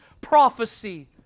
prophecy